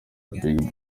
big